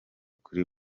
kuri